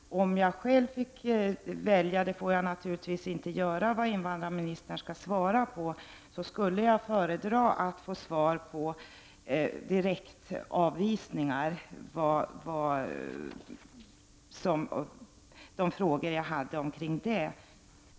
Om jag själv fick välja — det får jag naturligtvis inte göra — vad invandrarministern skulle svara på, skulle jag föredra att få svar på de frågor jag hade om direktavvisningar.